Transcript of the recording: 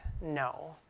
No